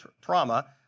trauma